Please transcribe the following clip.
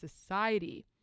society